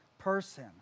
person